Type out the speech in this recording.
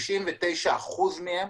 99% מהם,